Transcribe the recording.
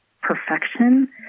perfection